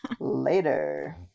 Later